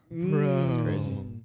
bro